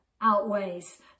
outweighs